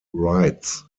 rights